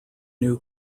new